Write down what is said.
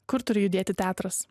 kur turi judėti teatras